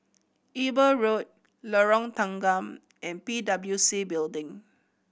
Eber Road Lorong Tanggam and P W C Building